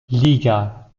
liga